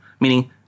meaning